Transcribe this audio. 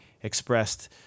expressed